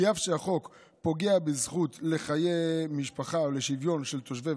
כי אף שהחוק פוגע בזכות לחיי משפחה ולשוויון של תושבי